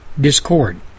discord